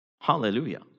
Hallelujah